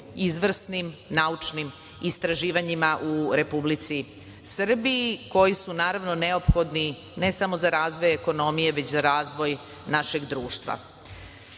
izvrsnim naučnim istraživanjima u Republici Srbiji koji su neophodni ne samo za razvoj ekonomije već za razvoj našeg društva. Projekti